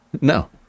No